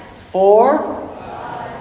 four